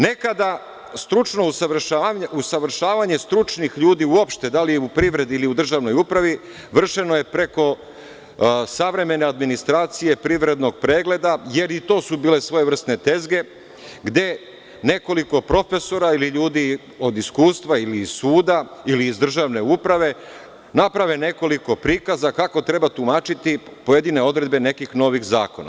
Nekada stručno usavršavanje stručnih ljudi uopšte, da li u privredi ili u državnoj upravi, vršeno je preko savremene administracije privrednog pregleda, jer i to su bile svojevrsne tezge, gde nekoliko profesora ili ljudi od iskustva, ili iz suda, ili iz državne uprave, naprave nekoliko prikaza kako treba tumačiti pojedine odredbe nekih novih zakona.